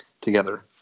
together